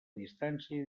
distància